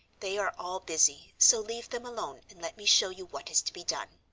they are all busy, so leave them alone and let me show you what is to be done.